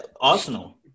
Arsenal